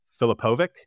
Filipovic